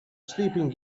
sleeping